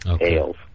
ales